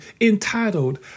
entitled